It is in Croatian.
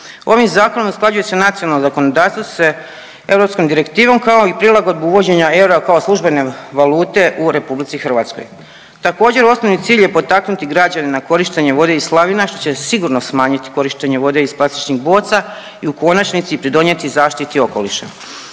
Ovim zakonom usklađuje se nacionalno zakonodavstvo sa europskom direktivom kao i prilagodbu uvođenja eura kao službene valute u Republici Hrvatskoj. Također osnovni cilj je potaknuti građane na korištenje vode iz slavina što će sigurno smanjiti korištenje vode iz plastičnih boca i u konačnici pridonijeti zaštiti okoliša.